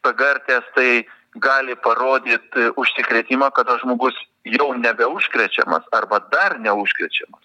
pgr testai gali parodyt užsikrėtimą kada žmogus jau nebeužkrečiamas arba dar neužkrečiamas